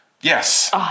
Yes